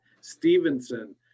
Stevenson